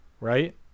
right